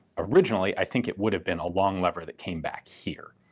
originally, i think it would have been a long lever that came back here,